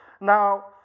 Now